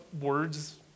words